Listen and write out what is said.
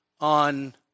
on